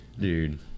dude